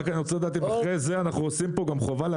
אני רק רוצה לדעת אם אחרי זה אנחנו קובעים פה גם חובה של